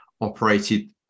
operated